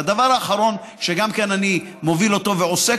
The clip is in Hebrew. והדבר האחרון שגם אותו אני מוביל ועוסק